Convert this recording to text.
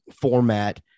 format